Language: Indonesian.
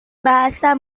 bahasa